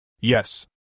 Yes